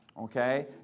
Okay